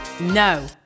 No